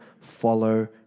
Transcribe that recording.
follow